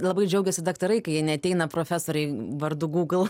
labai džiaugiasi daktarai kai jie neateina profesoriai vardu google